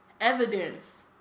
evidence